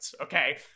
okay